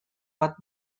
bat